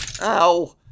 Ow